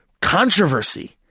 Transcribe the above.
controversy